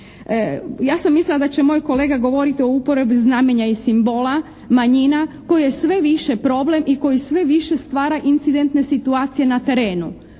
Ja sam mislila da će moj kolega govoriti o uporabi znamenja i simbola manjina koje je sve više problem i koji sve više stvara incidentne situacije na terenu.